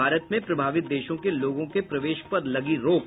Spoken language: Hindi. भारत में प्रभावित देशों के लोगों के प्रवेश पर लगी रोक